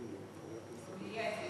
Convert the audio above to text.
במליאה, דיון.